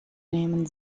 nehmen